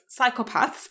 psychopaths